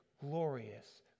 glorious